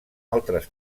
altres